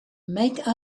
make